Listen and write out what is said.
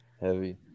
Heavy